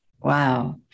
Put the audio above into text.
Wow